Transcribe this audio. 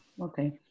okay